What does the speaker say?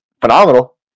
phenomenal